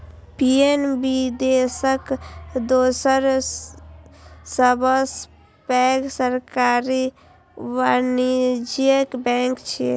PNB देशक दोसर सबसं पैघ सरकारी वाणिज्यिक बैंक छियै